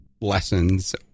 lessons